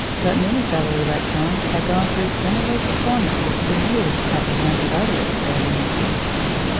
but many fellow-electrons had gone through similar performances for years at the hands of other experimenters.